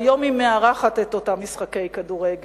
והיום היא מארחת את אותם משחקי כדורגל,